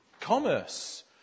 commerce